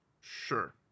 Sure